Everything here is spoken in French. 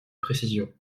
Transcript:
précision